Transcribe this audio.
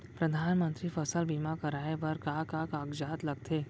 परधानमंतरी फसल बीमा कराये बर का का कागजात लगथे?